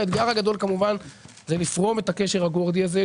והאתגר הגדול כמובן זה לפרום את הקשר הגורדי הזה,